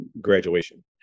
graduation